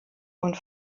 und